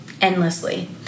endlessly